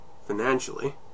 financially